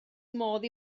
modd